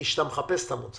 כי כשאתה מחפש אתה מוצא.